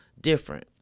different